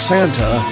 Santa